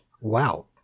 Wow